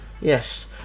yes